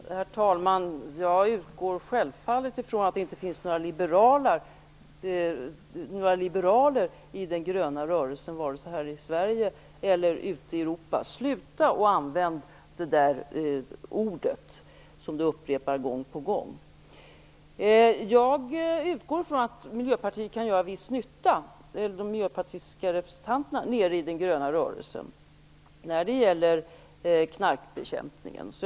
Herr talman! Jag utgår självfallet från att det inte finns några liberaler i den gröna rörelsen, vare sig här i Sverige eller ute i Europa. Sluta upp med att använda det ordet, som gång på gång upprepas, Marianne Jag utgår från att Miljöpartiets representanter kan göra viss nytta nere i den gröna rörelsen när det gäller knarkbekämpningen.